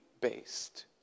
based